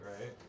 right